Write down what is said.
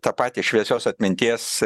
tą patį šviesios atminties